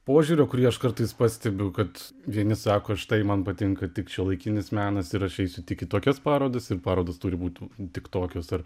požiūrio kurį aš kartais pastebiu kad vieni sako štai man patinka tik šiuolaikinis menas ir aš eisiu tik į tokias parodas ir parodos turi būti tik tokios ar